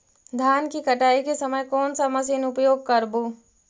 धान की कटाई के समय कोन सा मशीन उपयोग करबू?